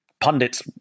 Pundits